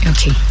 Okay